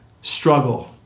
struggle